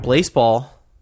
Baseball